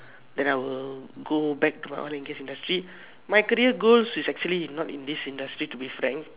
then I will go back to my oil and gas industry my career goals is actually not in this industry to be frank